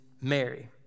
Mary